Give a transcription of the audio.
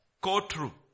courtroom